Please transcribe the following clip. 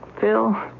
Phil